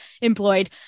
employed